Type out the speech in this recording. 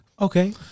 Okay